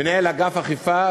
מנהל אגף האכיפה,